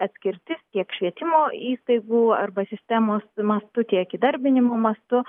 atskirtis tiek švietimo įstaigų arba sistemos mastu tiek įdarbinimo mastu